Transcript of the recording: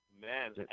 Man